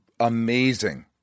amazing